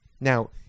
Now